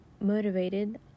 motivated